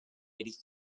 eighty